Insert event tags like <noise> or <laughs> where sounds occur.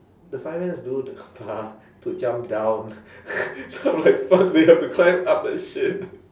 the firemen do the bar to jump down <laughs> so I'm like fuck they have to climb up that shit